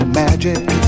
magic